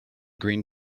green